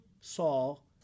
Saul